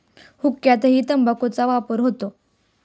हुक्क्यातही तंबाखूचा वापर होतो